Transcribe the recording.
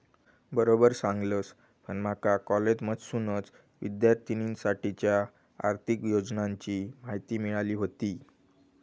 बरोबर सांगलस, पण माका कॉलेजमधसूनच विद्यार्थिनींसाठीच्या आर्थिक योजनांची माहिती मिळाली व्हती